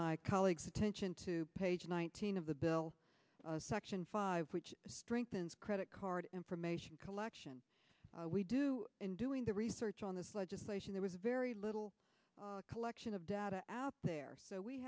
my colleague's attention to page nineteen of the bill section five which strengthens credit card information collection we do in doing the research on this legislation there is a very little collection of data out there so we